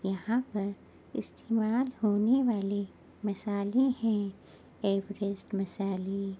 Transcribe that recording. یہاں پر استعمال ہونے والے مسالے ہیں ایوریسٹ مسالے